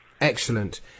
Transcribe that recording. Excellent